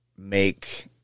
Make